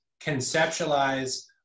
conceptualize